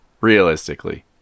realistically